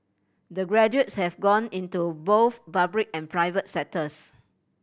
the graduates have gone into both public and private sectors